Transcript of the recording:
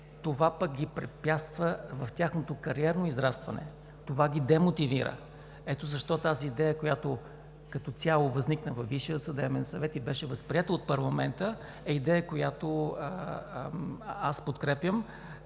това ги препятства в тяхното кариерно израстване и ги демотивира. Ето защо тази идея, която като цяло възникна във Висшия съдебен съвет и беше възприета от парламента, е идея, която аз подкрепям